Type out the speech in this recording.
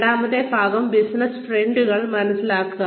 രണ്ടാമത്തെ ഭാഗം ബിസിനസ് ട്രെൻഡുകൾ മനസ്സിലാക്കുക